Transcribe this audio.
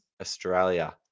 Australia